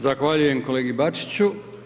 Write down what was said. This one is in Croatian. Zahvaljujem kolegi Bačiću.